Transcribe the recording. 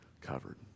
covered